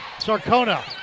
Sarcona